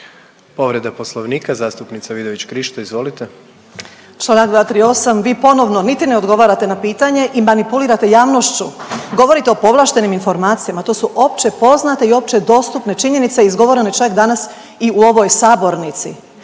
Povreda poslovnika zastupnica Vidović Krišto, izvolite. **Vidović Krišto, Karolina (OIP)** Čl. 238. vi ponovno niti ne odgovarate i manipulirate javnošću. Govorite o povlaštenim informacijama, to su opće poznate i opće dostupne činjenice izgovorene čak danas i u ovoj sabornici.